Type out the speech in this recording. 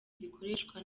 zikoreshwa